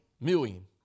Million